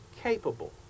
capable